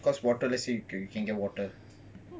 cause water let's say you can can get water